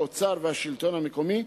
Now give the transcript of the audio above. משרד האוצר ומרכז השלטון המקומי,